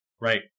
Right